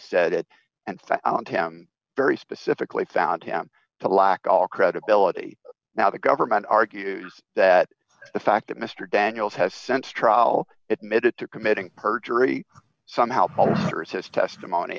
said it and found him very specifically found him to lack all credibility now the government argues that the fact that mr daniels has since trial it made it to committing perjury somehow home or says testimony